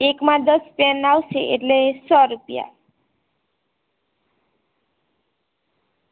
એકમાં દસ પેન આવશે એટલે સો રૂપિયા